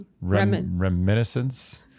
reminiscence